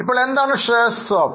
ഇപ്പോൾ എന്താണ് share swap